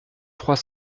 trois